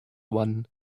one